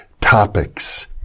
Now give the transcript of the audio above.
topics